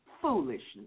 foolishness